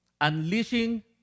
Unleashing